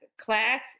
class